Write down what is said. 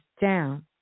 down